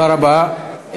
תודה רבה.